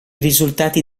risultati